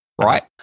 Right